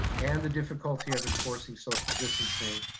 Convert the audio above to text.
and the difficulty of enforcing social distancing.